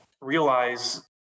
realize